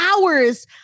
hours